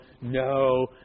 no